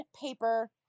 paper